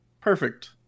perfect